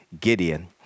Gideon